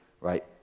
right